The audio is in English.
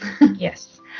Yes